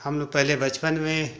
हम लोग पहले बचपन में